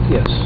Yes